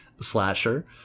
slasher